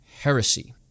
heresy